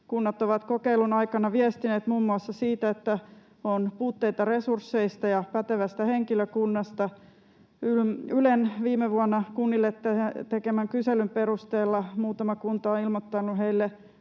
Kunnat ovat kokeilun aikana viestineet muun muassa siitä, että on puutteita resursseista ja pätevästä henkilökunnasta. Ylen viime vuonna kunnille tekemän kyselyn perusteella muutama kunta on ilmoittanut heille